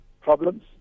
problems